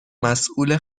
مسئول